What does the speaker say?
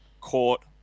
court